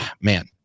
man